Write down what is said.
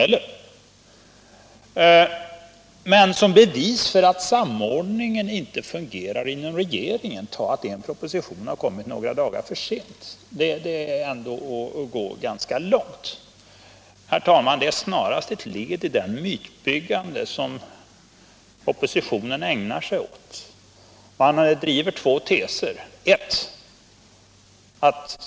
Men att som bevis för att samordningen inte fungerar inom regeringen ta att en proposition har kommit några dagar för sent är ändå att gå ganska långt. Herr talman! Detta är snarast ett led i den mytbildning som oppositionen ägnar sig åt. Man driver två teser: 1.